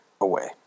away